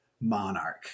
monarch